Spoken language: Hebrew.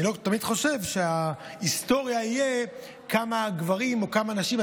אני לא תמיד חושב שההיסטוריה תהיה כמה גברים או כמה נשים,